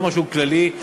לא משהו כללי,